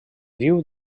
viu